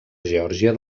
geòrgia